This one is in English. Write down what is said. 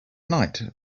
night